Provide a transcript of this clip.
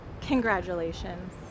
Congratulations